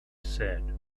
said